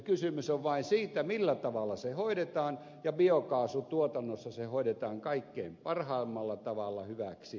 kysymys on vain siitä millä tavalla se hoidetaan ja biokaasutuotannossa se hoidetaan kaikkein parhaimmalla tavalla hyväksi